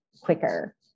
quicker